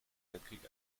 weltkrieg